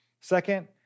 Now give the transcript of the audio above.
Second